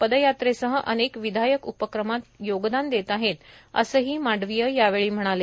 पदयात्रेसह अनेक विधायक उपक्रमात योगदान देत आहेत असेही मांडवीय यावेळी म्हणाले